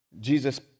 Jesus